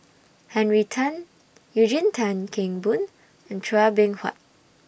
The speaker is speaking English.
Henry Tan Eugene Tan Kheng Boon and Chua Beng Huat